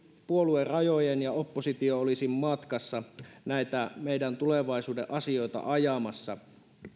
puoluerajojen ja oppositio olisi matkassa näitä meidän tulevaisuuden asioita ajamassa